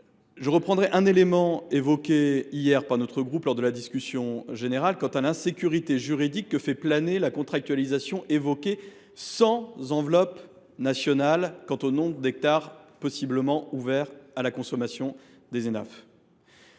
Je reprendrai un élément avancé hier par notre groupe lors de la discussion générale concernant l’insécurité juridique que fait planer la contractualisation évoquée sans enveloppe nationale contenant le nombre d’hectares possiblement ouverts à la consommation des Enaf.